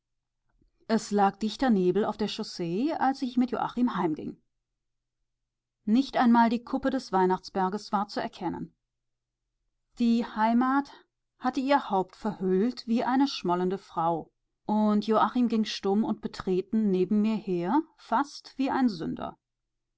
es lag dichter nebel auf der chaussee als ich mit joachim heimging nicht einmal die kuppe des weihnachtsberges war zu erkennen die heimat hatte ihr haupt verhüllt wie eine schmollende frau und joachim ging stumm und betreten neben mir her fast wie ein